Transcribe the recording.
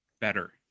better